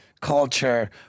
culture